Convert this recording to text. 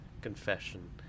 confession